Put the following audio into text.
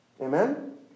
Amen